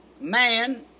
man